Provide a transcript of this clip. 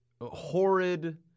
horrid